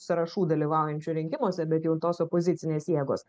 sąrašų dalyvaujančių rinkimuose bet jau tos opozicinės jėgos